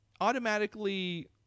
automatically